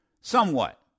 Somewhat